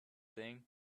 thing